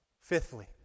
Fifthly